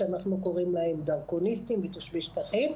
שאנחנו קוראים להן דרכוניסטים ותושבי שטחים.